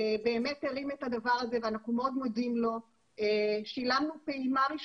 אבל בצה"ל הם לא מוגדרים כחרדים ואז הם לא --- אני מבינה את זה,